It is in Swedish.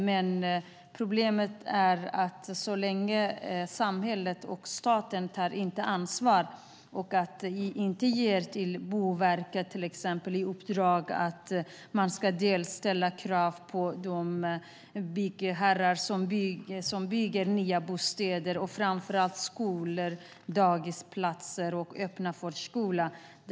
Men problemet är att samhället och staten inte tar ansvar och inte ger Boverket i uppdrag att ställa krav på de byggherrar som bygger nya bostäder och framför allt skolor, dagis och öppna förskolor.